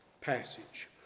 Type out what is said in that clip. passage